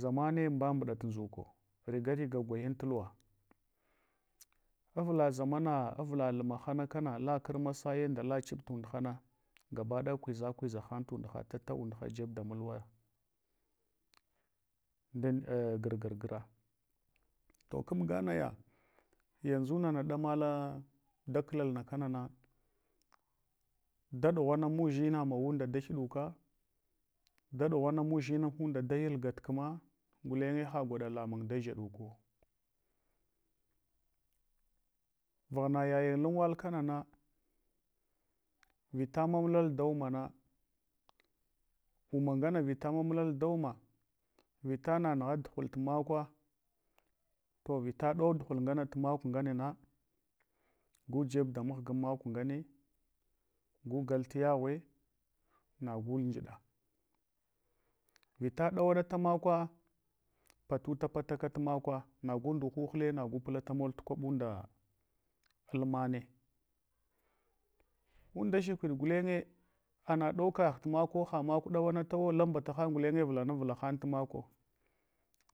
Zamne mba mbuɗa tundʒaku riga riga gutyan tu luwa avla zamana avla lamahana kana la kar masaye nda la chuɓ tundhana gabadaya kwiʒa kwiʒahang tundha, tala unduha jeb da mulwa, dungar gar gra. To kabga naya, yanʒu nana ɗamala da klalna kana na, da ɗughana mudʒinamawanda dayal gat kma gulenye ha gwaɗa lemung da dʒaɗuka. Vagh na yayin lan wala kanana, vita mamlal da ummana umma ngana vita mamla dauma, vita nanugha duhul tumakwa, to vita ɗau tuɗuhul ngama tu maku nganuna gu jeb ga muhgan maku ngane gu gal tu yaghwe, nagu njida, vita ɗawarnata makwa, rahita patakal makwa nagu nduhuhule nagu pulatamol kwabunda, almane unda sha kwiɗ gulenye, ana ɗaukagh tu makwo, ha maku ɗawantawo lambataham gulenye vulana vulahan tu maku.